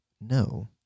No